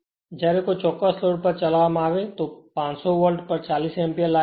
જ્યારે કોઈ ચોક્કસ લોડ પર ચલાવવામાં આવે ત્યારે 500 વોલ્ટ પર 40 એમ્પીયર લાગે છે